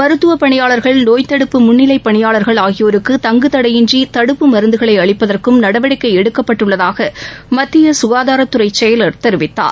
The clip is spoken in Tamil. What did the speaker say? மருத்துவப்பணியாளர்கள் நோய் தடுப்பு முன்னிலை பணியாளர்கள் ஆகியோருக்கு தங்கு தடையின்றி தடுப்பு மருந்துகளை அளிப்பதற்கும் நடவடிக்கை எடுக்கப்பட்டுள்ளதாக மத்திய சுகாதாரத்துறை செயலர் தெரிவித்தார்